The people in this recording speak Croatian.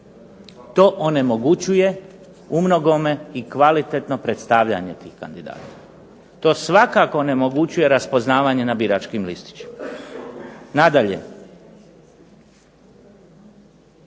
To onemogućuje u mnogome i kvalitetno predstavljanje tih kandidata. To svakako onemogućuje raspoznavanje na biračkim listićima. Nadalje,